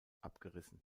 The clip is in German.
abgerissen